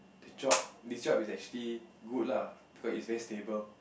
the job the job is actually good lah because it's very stable